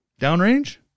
Downrange